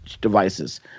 devices